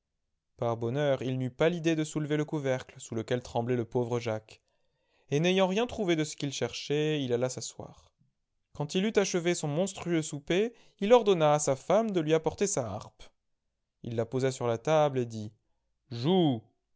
par bonheur il n'eut pas l'idée de soulever le couvercle sous lequel tremblait le pauvre jacques et n'ayant rien trouvé de ce qu'il cherchait il alla s'asseoir quand il eut achevé son monstrueux souper il ordonna à sa femme de lui apporter sa harpe il la posa sur la table et dit jouel